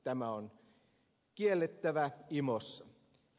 tämä on kiellettävä imossa